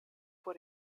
vor